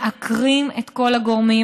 מעקרים את כל הגורמים,